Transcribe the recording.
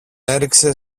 έριξε